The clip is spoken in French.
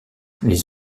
les